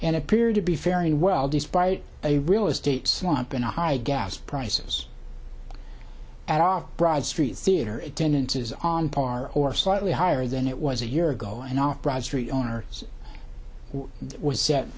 and appear to be faring well despite a real estate slump in a high gas prices at off broad street theater attendance is on par or slightly higher than it was a year ago and not bradstreet owner was set